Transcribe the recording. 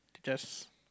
just